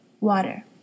water